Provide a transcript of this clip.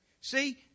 See